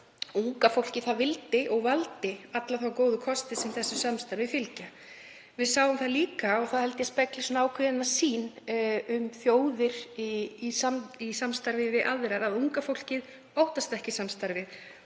Unga fólkið vildi og valdi alla þá góðu kosti sem þessu samstarfi fylgja. Við sjáum það líka, og það held ég að spegli ákveðna sýn á samstarf þjóða, að unga fólkið óttast ekki samstarfið,